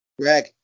Greg